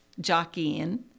jockeying